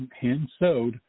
hand-sewed